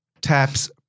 taps